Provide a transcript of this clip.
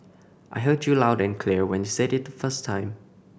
I heard you loud and clear when you said it the first time